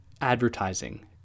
advertising